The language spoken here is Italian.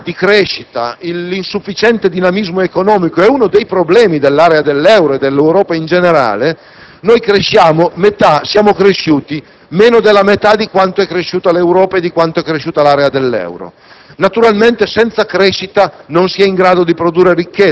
In una situazione in cui la difficoltà di crescita e l'insufficiente dinamismo economico costituiscono uno dei problemi dell'area dell'euro, e dell'Europa in generale, siamo cresciuti meno della metà di quanto è cresciuta l'Europa e l'area dell'euro.